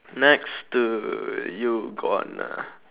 next to you gonna